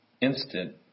instant